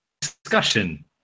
discussion